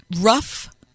rough